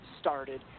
started